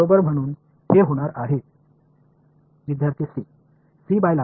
சரிதான tim எல்லா மாறிலிகளையும் மறந்து விடுங்கள்